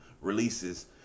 releases